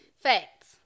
Facts